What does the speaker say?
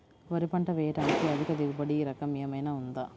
వరి పంట వేయటానికి అధిక దిగుబడి రకం ఏమయినా ఉందా?